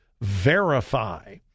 Verify